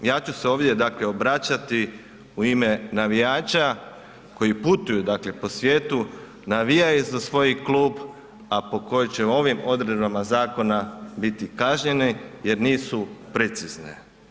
Ja ću se ovdje dakle obraćati u ime navijača koji putuju po svijetu, navijaju za svoj klub, a po kojim će ovim odredbama zakona biti kažnjeni jer nisu precizne.